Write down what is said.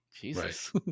Jesus